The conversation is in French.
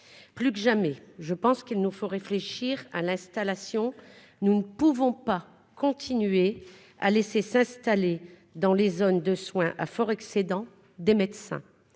plus que jamais, je pense qu'il nous faut réfléchir à l'installation, nous ne pouvons pas continuer à laisser s'installer dans les zones de soins à fort excédent des médecins,